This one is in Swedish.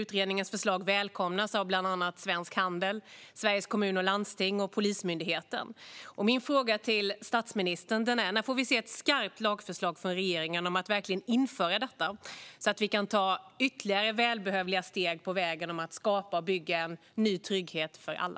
Utredningens förslag välkomnas av bland annat Svensk Handel, Sveriges Kommuner och Landsting och Polismyndigheten. Min fråga till statsministern är: När får vi se ett skarpt lagförslag från regeringen om att verkligen införa detta så att vi kan ta ytterligare välbehövliga steg på vägen mot att skapa och bygga en ny trygghet för alla?